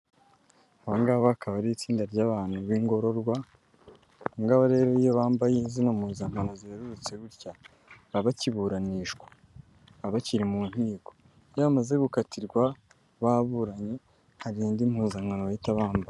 Abangaba bakaba ari itsinda ry'abantu b'ingororwa abangaba iyo bambaye izina mu zambararo zererutse gutya baba bakiburanishwa baba bakiri mu inkiko, iyo bamaze gukatirwa baburanye hari indi mpuzankano bahita bambara.